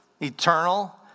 eternal